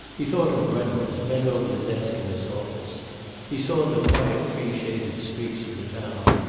he thought of reynolds, bent over the desk in his office he saw the quiet tree-shaded streets of the town,